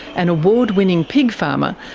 an award-winning pig farmer,